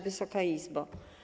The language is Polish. Wysoka Izbo!